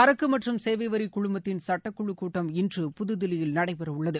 சரக்கு மற்றும் சேவை வரி குழுமத்தின் சட்டக்குழு கூட்டம் இன்று புதுதில்லியில் நடைபெறவுள்ளது